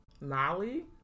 Molly